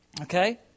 Okay